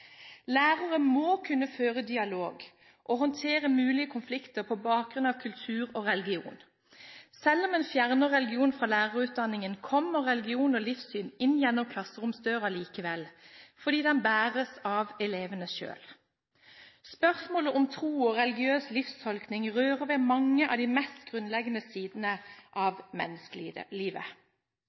må kunne føre dialog og håndtere mulige konflikter på bakgrunn av kultur og religion. Selv om en fjerner religion fra lærerutdanningen, kommer religion og livssyn inn gjennom klasseromsdøren likevel, fordi den bæres av elevene selv. Spørsmålet om tro og religiøs livstolkning rører ved mange av de mest grunnleggende sidene av